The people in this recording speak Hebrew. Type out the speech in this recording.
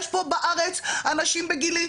יש בו בארץ אנשים בגילי,